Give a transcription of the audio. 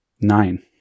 Nine